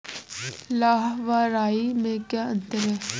लाह व राई में क्या अंतर है?